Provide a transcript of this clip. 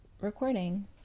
recording